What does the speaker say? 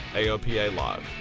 aopa live.